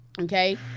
okay